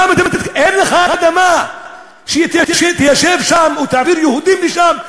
אין לך אדמה ליישב שם או להעביר יהודים לשם,